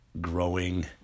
growing